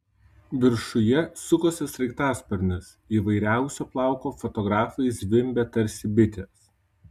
viršuje sukosi sraigtasparnis įvairiausio plauko fotografai zvimbė tarsi bitės